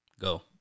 Go